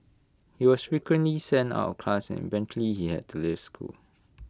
he was frequently sent out of class and eventually he had to leave school